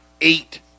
eight